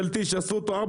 סגן שר במשרד ראש